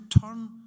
turn